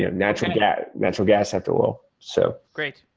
yeah natural gas natural gas after oil. so great.